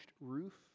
roof